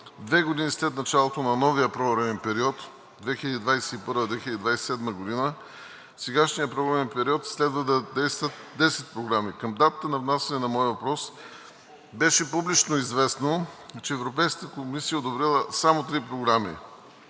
две години след началото на новия програмен период 2021 – 2027 г., в сегашния програмен период, следва да действат 10 програми. Към датата на внасяне на моя въпрос беше публично известно, че Европейската комисия е одобрила само три програми: